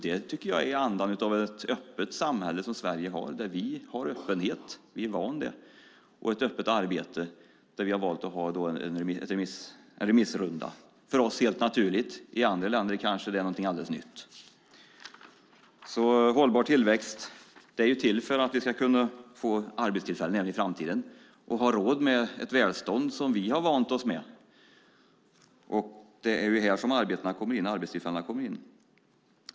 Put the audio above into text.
Det tycker jag är andan av ett öppet samhälle som Sverige har, där vi är vana vid öppenhet, och ett öppet arbete där vi har valt att ha en remissrunda. För oss är det helt naturligt, i andra länder kanske det är någonting alldeles nytt. Hållbar tillväxt är ju till för att vi ska kunna få arbetstillfällen även i framtiden och ha råd med ett välstånd som vi har vant oss vid. Det är här som arbetstillfällena kommer in.